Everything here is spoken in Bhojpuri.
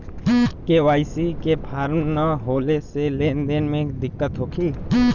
के.वाइ.सी के फार्म न होले से लेन देन में दिक्कत होखी?